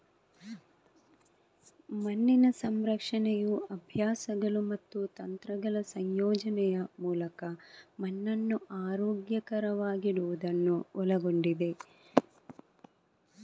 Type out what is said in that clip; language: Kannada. ಮಣ್ಣಿನ ಸಂರಕ್ಷಣೆಯು ಅಭ್ಯಾಸಗಳು ಮತ್ತು ತಂತ್ರಗಳ ಸಂಯೋಜನೆಯ ಮೂಲಕ ಮಣ್ಣನ್ನು ಆರೋಗ್ಯಕರವಾಗಿಡುವುದನ್ನು ಒಳಗೊಂಡಿದೆ